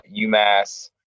UMass